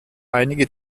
einige